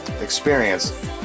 experience